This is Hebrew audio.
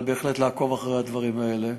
בהחלט לעקוב אחרי הדברים האלה.